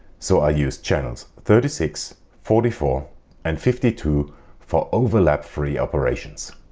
so i used channels thirty six, forty four and fifty two for overlap-free operations.